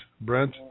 Brent